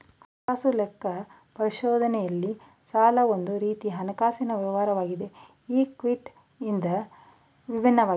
ಹಣಕಾಸು ಲೆಕ್ಕ ಪರಿಶೋಧನೆಯಲ್ಲಿ ಸಾಲವು ಒಂದು ರೀತಿಯ ಹಣಕಾಸಿನ ವ್ಯವಹಾರವಾಗಿದೆ ಈ ಕ್ವಿಟಿ ಇಂದ ವಿಭಿನ್ನವಾಗಿದೆ